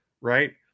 right